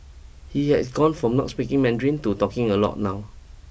he has gone from not speaking Mandarin to talking a lot now